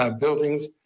um buildings,